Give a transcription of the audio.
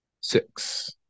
Six